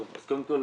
אנחנו בעמותת "אפשר"